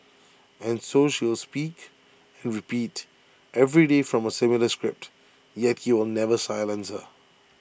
and so she will speak and repeat every day from A similar script yet he will never silence her